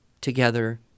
together